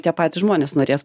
tie patys žmonės norės